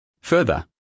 Further